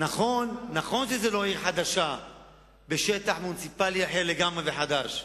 נכון שזו לא עיר חדשה בשטח מוניציפלי אחר לגמרי וחדש.